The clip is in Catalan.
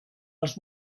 els